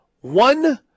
one